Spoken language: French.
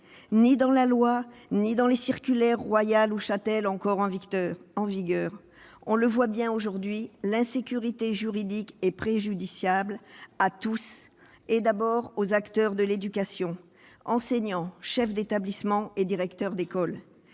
ni dans la loi ni dans les circulaires Royal ou Chatel encore en vigueur. On le voit bien aujourd'hui, l'insécurité juridique est préjudiciable à tous, et d'abord aux acteurs de l'éducation : enseignants, chefs d'établissement et directeurs d'école.